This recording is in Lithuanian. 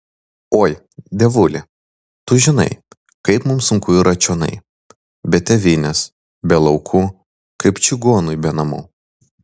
oi dievuli tu žinai kaip mums sunku yra čionai be tėvynės be laukų kaip čigonui be namų